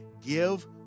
Give